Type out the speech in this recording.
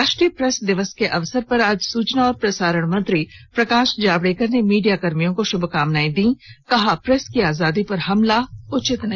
राष्ट्रीय प्रेस दिवस के अवसर पर आज सूचना और प्रसारण मंत्री प्रकाश जावडेकर ने मीडियाकर्मियों को शुभकामनाएं दी कहा प्रेस की आजादी पर हमला उचित नहीं